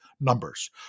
numbers